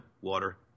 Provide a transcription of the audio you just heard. water